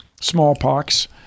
smallpox